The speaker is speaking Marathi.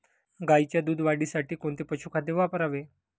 गाईच्या दूध वाढीसाठी कोणते पशुखाद्य वापरावे?